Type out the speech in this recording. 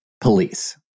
police